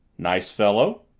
nice fellow?